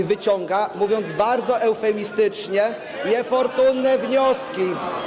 i wyciąga, mówiąc bardzo eufemistycznie, niefortunne wnioski.